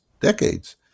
decades